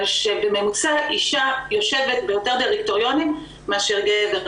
שבממוצע אישה יושבת ביותר דירקטוריונים מאשר גבר,